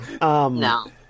No